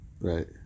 Right